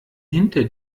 hinter